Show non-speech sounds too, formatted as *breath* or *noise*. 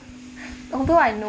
*breath* although I know